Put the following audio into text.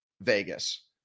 Vegas